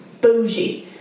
Bougie